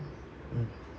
mm